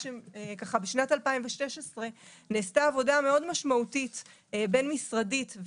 בשנת 2016 נעשתה עבודה מאוד משמעותית בין-משרדית,